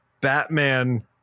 Batman